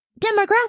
demographic